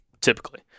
typically